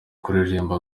kuririmba